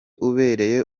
ubereye